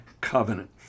covenant